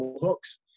hooks